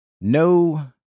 No